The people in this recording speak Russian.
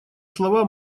слова